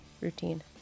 routine